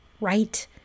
right